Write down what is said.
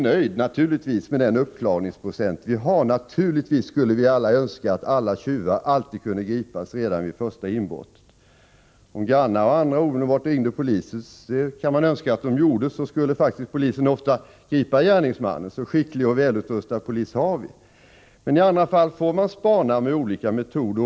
Jag är naturligtvis inte nöjd med den uppklarningsprocent vi har i dag. Naturligtvis skulle vi alla önska att alla tjuvar alltid kunde gripas redan vid det första inbrottet. Om grannar och andra omedelbart ringde polisen, vilket man kan önska att de gjorde, skulle polisen faktiskt ofta gripa gärningsmannen, en så skicklig och välutrustad polis har vi. Men i andra fall får man spana med olika metoder.